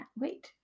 wait